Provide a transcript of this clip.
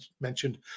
mentioned